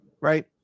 right